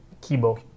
Kibo